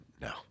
No